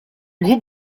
groupe